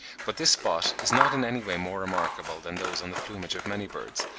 but this spot is not in any way more remarkable than those on the plumage of many birds,